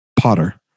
Potter